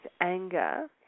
anger